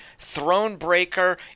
Thronebreaker